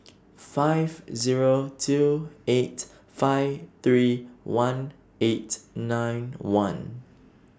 five Zero two eight five three one eight nine one